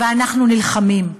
ואנחנו נלחמים.